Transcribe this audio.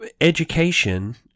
education